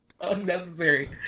Unnecessary